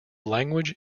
language